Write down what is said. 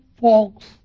folks